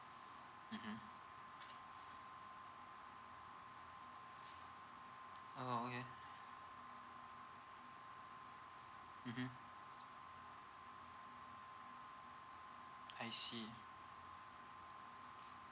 mmhmm oh okay mmhmm I see